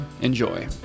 enjoy